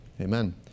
Amen